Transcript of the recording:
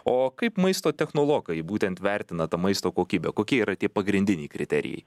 o kaip maisto technologai būtent vertina tą maisto kokybę kokie yra tie pagrindiniai kriterijai